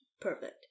perfect